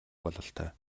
бололтой